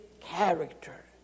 character